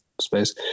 space